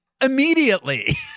immediately